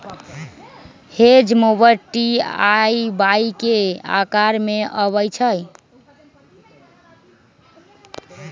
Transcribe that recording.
hedge mower T आ Y के अकार में अबई छई